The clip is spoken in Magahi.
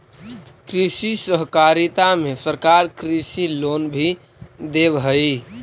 कृषि सहकारिता में सरकार कृषि लोन भी देब हई